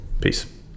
Peace